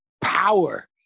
power